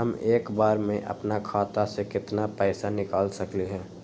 हम एक बार में अपना खाता से केतना पैसा निकाल सकली ह?